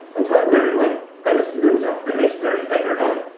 and it wasn't everyone got a salute off the legendary pecker dunne.